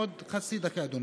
עוד חצי דקה, אדוני.